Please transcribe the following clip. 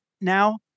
now